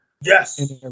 Yes